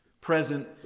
present